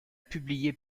publié